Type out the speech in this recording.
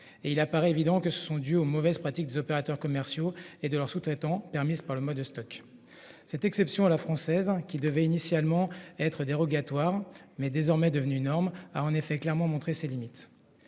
Il est évident qu'elles résultent des mauvaises pratiques des opérateurs commerciaux et de leurs sous-traitants permises par le mode Stoc. Cette exception à la française, qui devait initialement être dérogatoire, mais qui est devenue la norme, a clairement montré ses limites.